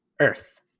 Earth